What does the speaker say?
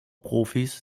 profis